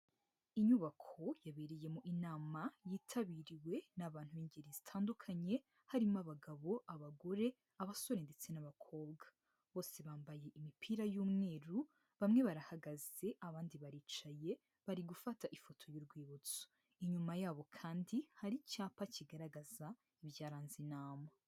Inyubako yabereyemo inama yitabiriwe n'abantu b'ingeri zitandukanye harimo abagabo abagore b'abasore ndetse n'abakobwa, bose bambaye imipira y'umweru bamwe barahagaze abandi baricaye bari gufata ifoto y'urwibutso, inyuma yabo kandi hari icyapa kigaragaza ibyaranze inama.